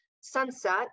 sunset